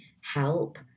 help